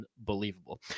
unbelievable